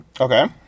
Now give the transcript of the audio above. Okay